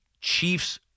Chiefs